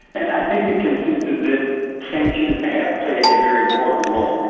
and i think the consensus is that sanctions have played a very important role.